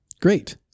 great